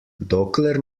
dokler